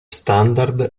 standard